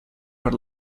per